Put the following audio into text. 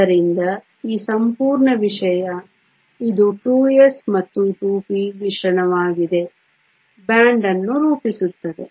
ಆದ್ದರಿಂದ ಈ ಸಂಪೂರ್ಣ ವಿಷಯ ಇದು 2s ಮತ್ತು 2p ಮಿಶ್ರಣವಾಗಿದೆ ಬ್ಯಾಂಡ್ ಅನ್ನು ರೂಪಿಸುತ್ತದೆ